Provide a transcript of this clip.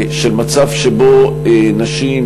מצב שבו נשים,